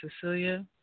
Cecilia